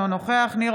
אינו נוכח ניר